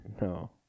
No